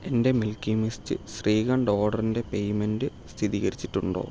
എന്റെ Milky Mist shrikhand ഓർഡറിന്റെ payment സ്ഥിരീകരിച്ചിട്ടുണ്ടോ